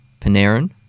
Panarin